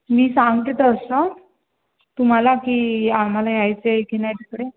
मी सांगते तसं तुम्हाला की आम्हाला यायचं आहे की नाही तिकडे